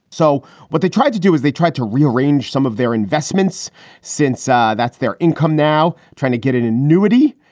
so what they tried to do is they tried to rearrange some of their investments since ah that's their income now trying to get an annuity.